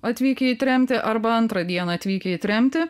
atvykę į tremtį arba antrą dieną atvykę į tremtį